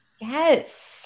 Yes